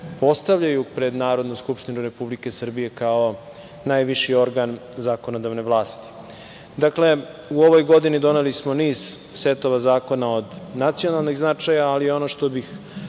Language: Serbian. postavljaju pred Narodnu skupštinu Republike Srbije, kao najviši organ zakonodavne vlasti. Dakle, u ovoj godini doneli smo niz setova zakona od nacionalnih značaja, ali ono što bih